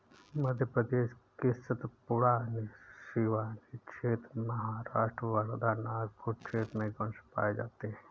मध्य प्रदेश के सतपुड़ा, सिवनी क्षेत्र, महाराष्ट्र वर्धा, नागपुर क्षेत्र में गोवंश पाये जाते हैं